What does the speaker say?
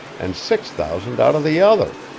and six thousand out of the other.